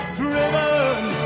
Driven